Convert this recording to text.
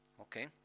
Okay